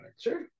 Sure